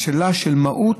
זו שאלה של מהות,